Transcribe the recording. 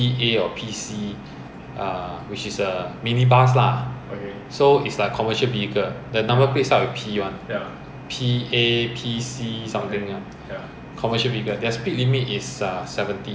this is the irony lah is like if you pay more money your car plate ah got a S ah or is a malaysia plate ah you will be blessed by allah god or anything your car will be safe to travel until ninety hundred kilometer per hour